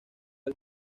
del